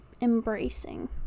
embracing